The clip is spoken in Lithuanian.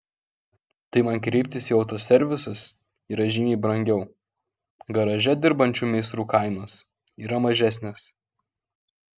tai man kreiptis į autoservisus yra žymiai brangiau garaže dirbančių meistrų kainos yra mažesnės